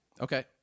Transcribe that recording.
Okay